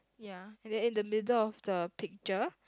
ya and in in the middle of the picture